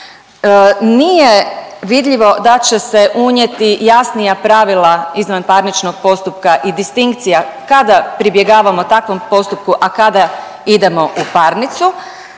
nije vidljivo da će se unijeti jasnija pravila izvanparničnog postupka i distinkcija kada pribjegavamo takvom postupku, a kada idemo u parnicu